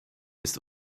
ist